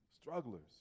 strugglers